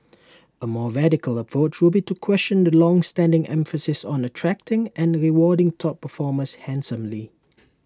A more radical approach would be to question the longstanding emphasis on attracting and rewarding top performers handsomely